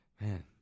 man